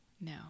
No